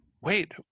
wait